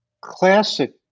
classic